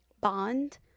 bond